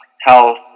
health